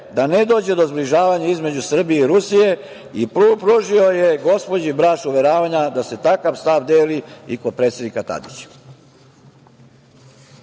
da ne dođe do zbližavanja između Srbije i Rusije i pružio je gospođi Braš uveravanja da se takav stav deli i kod predsednika Tadića. Jedine